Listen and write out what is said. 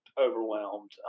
overwhelmed